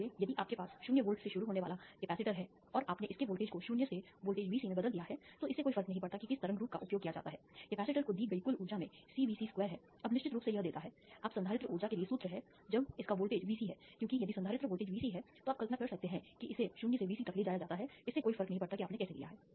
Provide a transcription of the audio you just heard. इसलिए यदि आपके पास 0 वोल्ट से शुरू होने वाला संधारित्र है और आपने इसके वोल्टेज को 0 से वोल्टेज Vc में बदल दिया है तो इससे कोई फर्क नहीं पड़ता कि किस तरंग रूप का उपयोग किया जाता है कैपेसिटर को दी गई कुल ऊर्जा में CVc2 है अब निश्चित रूप से यह देता है आप संधारित्र ऊर्जा के लिए सूत्र है जब इसका वोल्टेज Vc है क्योंकि यदि संधारित्र वोल्टेज Vc है तो आप कल्पना कर सकते हैं कि इसे 0 से Vc तक ले जाया जाता है इससे कोई फर्क नहीं पड़ता कि आपने कैसे लिया है